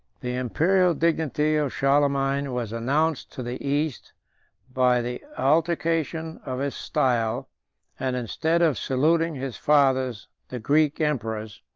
the imperial dignity of charlemagne was announced to the east by the alteration of his style and instead of saluting his fathers, the greek emperors,